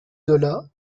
zola